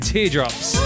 Teardrops